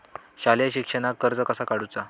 शालेय शिक्षणाक कर्ज कसा काढूचा?